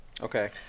Okay